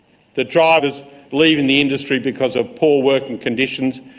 the drivers leaving the industry because of poor working conditions.